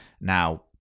now